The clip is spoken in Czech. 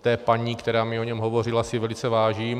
té paní, která mi o něm hovořila, si velice vážím.